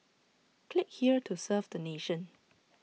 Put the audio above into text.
click here to serve the nation